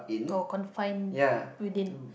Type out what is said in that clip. oh confine within